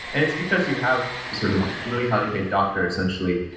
and it's because you have sort of a really highly paid doctor, essentially.